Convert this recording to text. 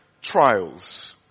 trials